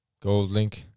Goldlink